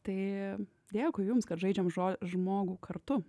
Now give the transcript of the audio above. tai dėkui jums kad žaidžiam žo žmogų kartu